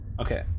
Okay